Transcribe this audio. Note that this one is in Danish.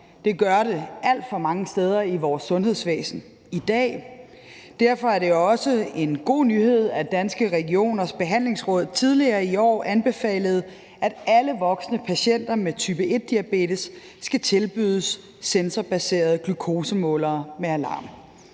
Det gør det alt for mange steder i vores sundhedsvæsen i dag. Derfor er det også en god nyhed, at Danske Regioners Behandlingsråd tidligere i år anbefalede, at alle voksne patienter med type 1-diabetes skal tilbydes sensorbaserede glukosemålere med alarm